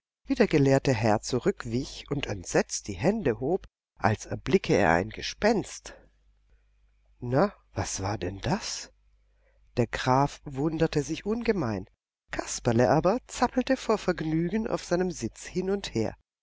der gelehrte herr zurückwich und entsetzt die hände hob als erblicke er ein gespenst na was war denn das der graf wunderte sich ungemein kasperle aber zappelte vor vergnügen auf seinem sitz hin und her